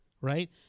right